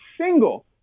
single